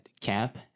cap